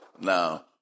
Now